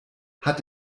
hat